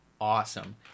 awesome